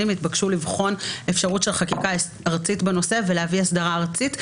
התבקשו אז לבחון ולהביא חקיקה ואסדרה ארצית בנושא,